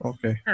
Okay